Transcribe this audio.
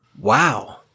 Wow